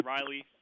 Riley